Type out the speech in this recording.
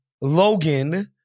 Logan